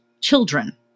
children